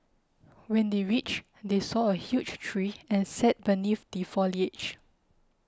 when they reached they saw a huge tree and sat beneath the foliage